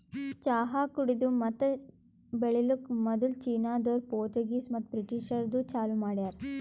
ಚಹಾ ಕುಡೆದು ಮತ್ತ ಬೆಳಿಲುಕ್ ಮದುಲ್ ಚೀನಾದೋರು, ಪೋರ್ಚುಗೀಸ್ ಮತ್ತ ಬ್ರಿಟಿಷದೂರು ಚಾಲೂ ಮಾಡ್ಯಾರ್